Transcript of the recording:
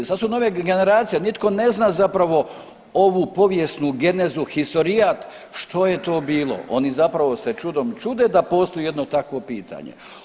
Sad su nove generacije, nitko ne zna zapravo ovu povijesnu genezu historijat što je to bilo, oni zapravo se čudom čude da postoji jedno takvo pitanje.